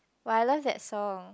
but I love that song